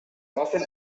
often